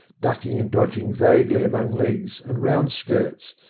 ducking and dodging vaguely among legs and round skirts,